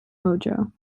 mojo